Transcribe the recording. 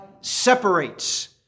separates